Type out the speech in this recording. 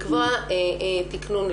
לקבוע תיקנון,